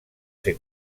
ser